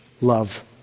love